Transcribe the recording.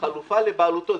החלופה לבעלותו.